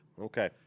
Okay